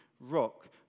rock